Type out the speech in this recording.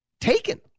taken